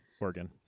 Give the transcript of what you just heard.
Oregon